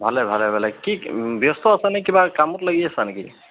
ভালে ভালে ভালে কি ব্যস্ত আছ নে কিবা কামত লাগি আছা নেকি